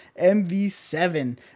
MV7